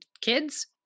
kids